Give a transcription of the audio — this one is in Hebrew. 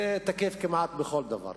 זה תקף כמעט לכל דבר.